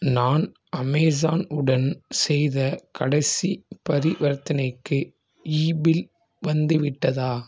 நான் அமேஸான் உடன் செய்த கடைசி பரிவர்த்தனைக்கு இபில் வந்துவிட்டதா